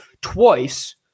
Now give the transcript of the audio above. twice